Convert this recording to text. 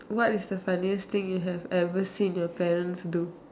what is the funniest thing you have ever seen your parents do